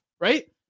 right